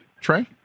Trey